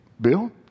Bill